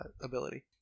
ability